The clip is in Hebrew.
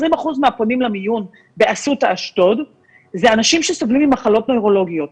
20% מהפונים למיון באסותא אשדוד אלה אנשים שסובלים ממחלות נוירולוגיות.